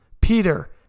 Peter